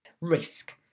Risk